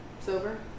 Silver